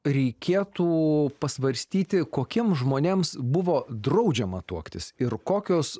reikėtų pasvarstyti kokiem žmonėms buvo draudžiama tuoktis ir kokios